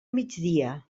migdia